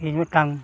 ᱤᱧ ᱢᱤᱫᱴᱟᱝ